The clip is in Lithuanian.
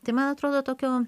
tai man atrodo tokio